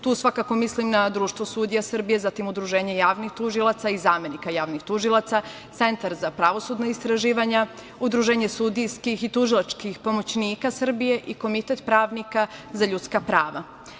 Tu svakako mislim na Društvo sudija Srbije, zatim, Udruženje javnih tužilaca i zamenika javnih tužilaca, Centar za pravosudna istraživanja, Udruženje sudijskih i tužilačkih pomoćnika Srbije i Komitet pravnika za ljudska prava.